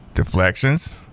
deflections